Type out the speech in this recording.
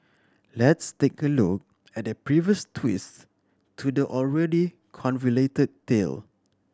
let's take a look at the previous twists to the already convoluted tale